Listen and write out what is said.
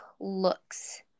looks